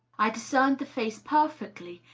i discerned the face perfectly,